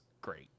Great